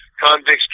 convicts